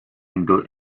into